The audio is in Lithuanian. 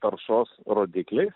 taršos rodikliais